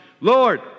Lord